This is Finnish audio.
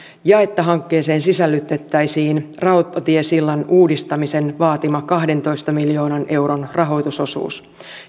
ja että hankkeeseen sisällytettäisiin rautatiesillan uudistamisen vaatima kahdentoista miljoonan euron rahoitusosuus